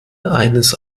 eines